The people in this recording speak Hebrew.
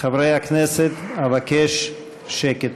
חברי הכנסת, אבקש שקט.